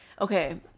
Okay